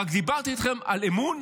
רק דיברתי איתכם על אמון